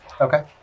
Okay